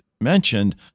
mentioned